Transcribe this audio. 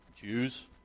Jews